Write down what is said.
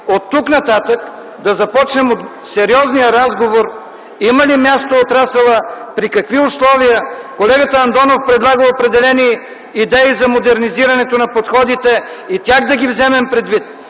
оттук нататък да започнем сериозния разговор има ли място отрасълът и при какви условия. Колегата Антонов предлага определени идеи за модернизирането на подходите. И тях да вземем предвид.